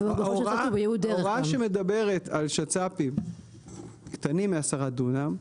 הוראה שמדברת על שצ"פים קטנים מ-10 דונם,